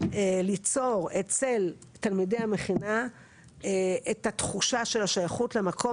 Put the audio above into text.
ליצור אצל תלמידי המכינה את התחושה של השייכות למקום,